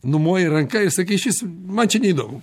numoji ranka ir sakai išvis man čia neįdomu